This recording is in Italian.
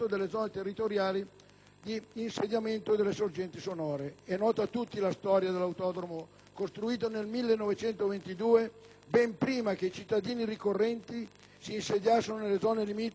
di insediamento delle sorgenti sonore. È nota a tutti la storia dell'autodromo, costruito nel 1922, ben prima che i cittadini ricorrenti si insediassero nelle zone limitrofe allo stesso autodromo.